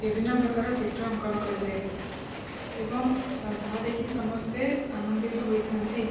ବିଭିନ୍ନ ପ୍ରକାର ଚିତ୍ର ଅଙ୍କନ କରିଥାଏ ଏବଂ ତାହା ଦେଖି ସମସ୍ତେ ଆନନ୍ଦିତ ହେଇଥାନ୍ତି